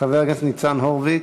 חבר הכנסת ניצן הורוביץ,